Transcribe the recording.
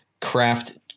craft